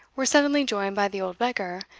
were suddenly joined by the old beggar,